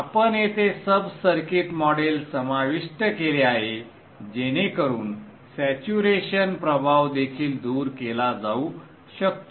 आपण येथे sub circuit model समाविष्ट केले आहे जेणेकरुन सॅच्युरेशन प्रभाव देखील दूर केला जाऊ शकतो